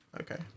Okay